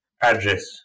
address